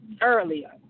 Earlier